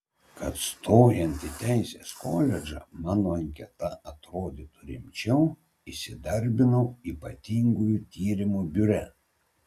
kad stojant į teisės koledžą mano anketa atrodytų rimčiau įsidarbinau ypatingųjų tyrimų biure